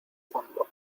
fondo